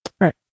Right